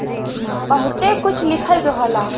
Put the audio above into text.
बहुते कुछ लिखल रहला